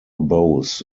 bows